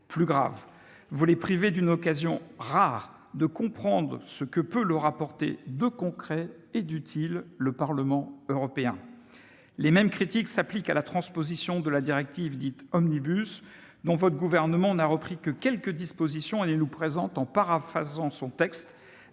Plus grave : vous les privez d'une occasion- rare -de comprendre ce que peut leur apporter de concret et d'utile le Parlement européen. Les mêmes critiques s'appliquent à la transposition de la directive dite « Omnibus », dont le Gouvernement n'a repris que quelques dispositions, qu'il nous présente en paraphrasant la